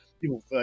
people